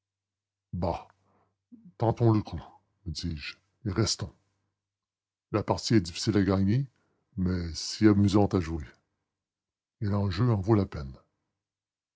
le coup me dis-je et restons la partie est difficile à gagner mais si amusante à jouer et l'enjeu en vaut la peine